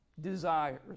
desires